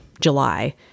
July